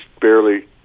barely